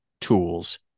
tools